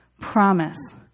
promise